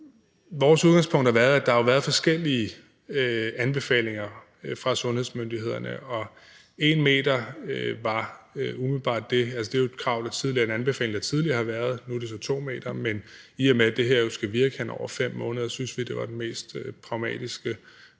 vores udgangspunkt har været, at der har været forskellige anbefalinger fra sundhedsmyndighederne, og 1 meter var det krav eller den anbefaling, der jo tidligere har været – nu er det så 2 meter. Men i og med at det her jo skal virke hen over 5 måneder, syntes vi, at det var den mest pragmatiske